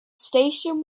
station